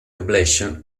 ablation